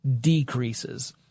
decreases